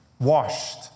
washed